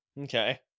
Okay